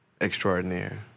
extraordinaire